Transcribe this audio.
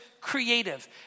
creative